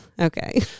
Okay